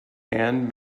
hand